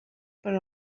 per